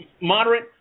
moderate